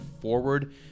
forward